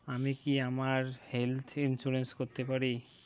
আমি কি আমার হেলথ ইন্সুরেন্স করতে পারি?